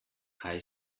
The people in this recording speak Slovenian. kaj